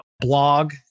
blog